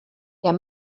der